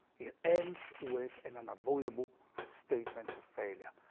it ends with an unavoidable statement of failure,